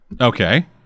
Okay